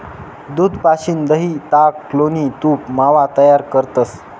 दूध पाशीन दही, ताक, लोणी, तूप, मावा तयार करतंस